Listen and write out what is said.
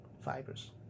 fibers